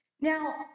Now